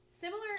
Similar